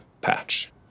patch